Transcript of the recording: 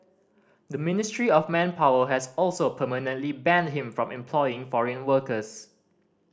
the Ministry of Manpower has also permanently banned him from employing foreign workers